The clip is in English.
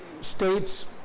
states